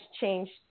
changed